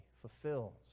fulfills